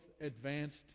advanced